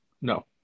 No